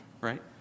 right